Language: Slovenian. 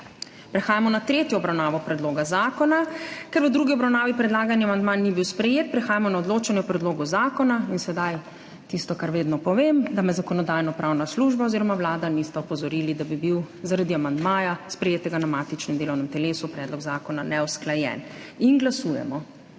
Prehajamo na tretjo obravnavo predloga zakona. Ker v drugi obravnavi predlagani amandma ni bil sprejet, prehajamo na odločanje o predlogu zakona. In sedaj tisto, kar vedno povem, da me Zakonodajno-pravna služba oziroma Vlada nista opozorili, da bi bil zaradi amandmaja, sprejetega na matičnem delovnem telesu, predlog zakona neusklajen. Glasujemo.